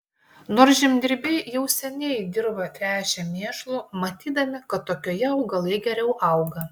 nors žemdirbiai jau seniai dirvą tręšė mėšlu matydami kad tokioje augalai geriau auga